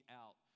out